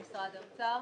משרד האוצר.